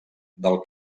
del